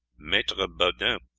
maitre baudin,